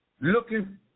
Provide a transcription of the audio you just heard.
Looking